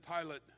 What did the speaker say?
Pilate